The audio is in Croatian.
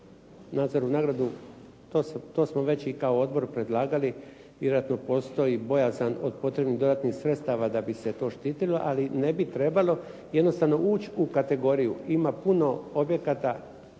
Nadzornu nagradu, to smo već i kao odbor predlagali, vjerojatno postoji bojazan od potrebnih dodatnih sredstava da bi se to štitilo, ali ne bi trebalo jednostavno ući u kategoriju. Ima puno objekata